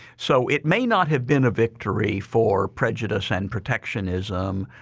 so it may not have been a victory for prejudice and protectionism.